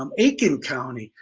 um aiken county.